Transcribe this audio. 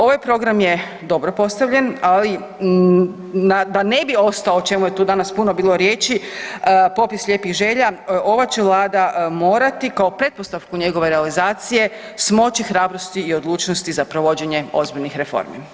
Ovaj program je dobro postavljen ali da ne bi ostao, o čemu je tu danas puno bilo riječi popis lijepih želja ova će Vlada morati kao pretpostavku njegove realizacije smoći hrabrosti i odlučnosti za provođenje ozbiljnih reformi.